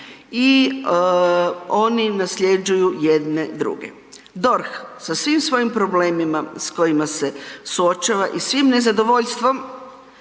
i oni nasljeđuju jedne druge. DORH sa svim svojim problemima s kojima se suočava i svim nezadovoljstvom